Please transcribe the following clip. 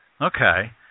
Okay